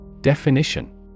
Definition